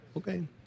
Okay